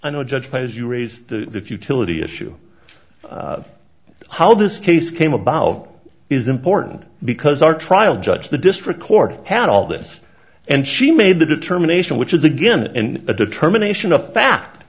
i know a judge has you raise the futility issue of how this case came about is important because our trial judge the district court had all this and she made the determination which is again and a determination of fa